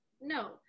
No